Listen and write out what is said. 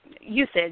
usage